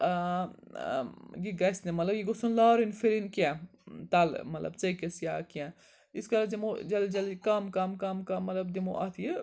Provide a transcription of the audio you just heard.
ٲں ٲں یہِ گژھہِ نہٕ مطلب یہِ گوٚژھ نہٕ لارٕنۍ فرِنۍ کیٚنٛہہ تَلہٕ مطلب ژٔکِس یا کیٚنٛہہ ییٖتِس کالَس دِمو جلدی جلدی کَم کَم کَم کَم مطلب دِمو اَتھ یہِ